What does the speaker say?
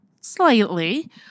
Slightly